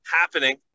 happening